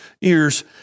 ears